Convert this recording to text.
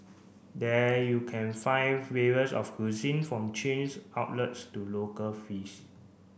there you can find various of cuisine from chains outlets to local fees